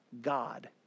God